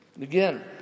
again